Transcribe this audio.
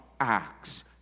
acts